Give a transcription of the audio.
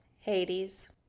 Hades